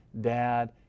dad